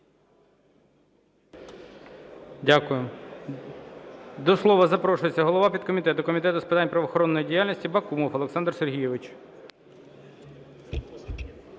Дякую. До слова запрошується голова підкомітету Комітету з питань правоохоронної діяльності Бакумов Олександр Сергійович.